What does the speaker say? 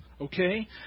Okay